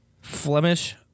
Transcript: Flemish